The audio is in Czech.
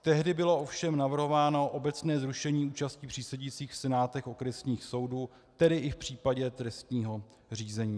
Tehdy bylo ovšem navrhováno obecné zrušení účasti přísedících v senátech okresních soudů, tedy i v případě trestního řízení.